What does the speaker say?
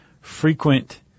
frequent